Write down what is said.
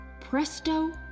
Presto